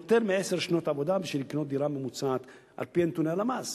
יותר מעשר שנות עבודה בשביל לקנות דירה ממוצעת על-פי נתוני הלמ"ס.